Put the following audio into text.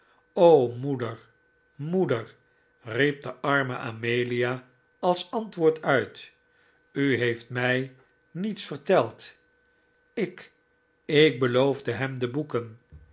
o moeder moeder riep de arme amelia als antwoord uit u heeft mij niets verteld ik ik beloofde hem de boeken